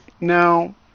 Now